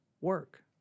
work